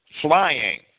flying